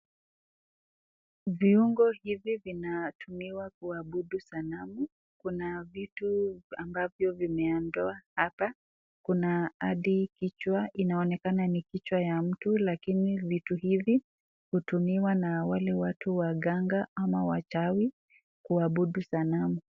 Viungo hivi vinatumiwa kuabudu sanamu. Kuna vitu ambavyo vimeandaliwa hapa, kuna hadi kichwa inaonekana ni kichwa ya mtu lakini vitu hivi hutumiwa na wale watu waganga ama wachawi kuabudu sanamu.